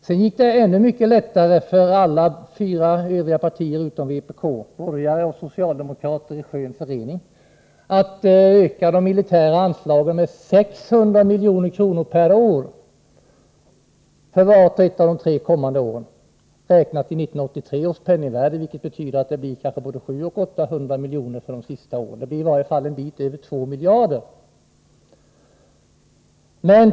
Sedan gick det ännu mycket lättare för alla partier utom vpk — borgare och socialdemokrater i skön förening — att öka de militära anslagen med 600 miljoner per år för vart och ett av de tre kommande åren räknat i 1983 års penningvärde, vilket betyder att det kanske blir både 700 och 800 miljoner de sista åren. Totalt blir det i alla fall en bit över 2 miljarder.